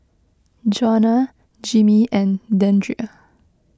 Jonah Jimmy and Deandre